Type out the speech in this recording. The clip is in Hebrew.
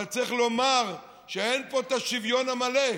אבל צריך לומר שאין פה השוויון המלא.